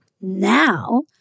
now